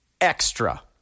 Extra